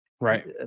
right